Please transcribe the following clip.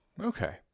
Okay